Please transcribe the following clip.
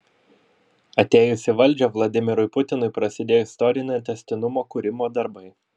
atėjus į valdžią vladimirui putinui prasidėjo istorinio tęstinumo kūrimo darbai